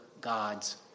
God's